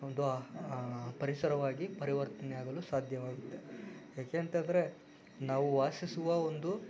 ಪರಿಸರವಾಗಿ ಪರಿವರ್ತನೆಯಾಗಲು ಸಾಧ್ಯವಾಗುತ್ತೆ ಏಕೆಂತಂದರೆ ನಾವು ವಾಸಿಸುವ ಒಂದು